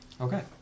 Okay